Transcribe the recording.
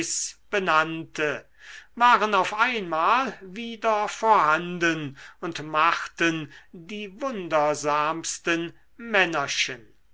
benannte waren auf einmal wieder vorhanden und machten die wundersamsten männerchen